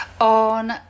on